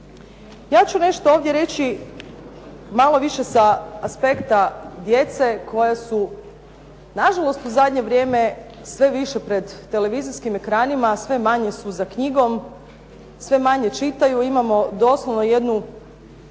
Ja ću nešto ovdje reći malo više sa aspekta djece koja su nažalost u zadnje vrijeme sve više pred televizijskim ekranima, a sve manje su za knjigom, sve manje čitaju. Imamo doslovno jednu